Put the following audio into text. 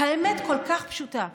האמת כל כך פשוטה: